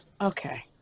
Okay